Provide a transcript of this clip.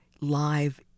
live